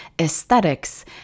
aesthetics